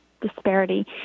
disparity